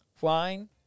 wine